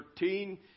13